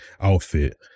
outfit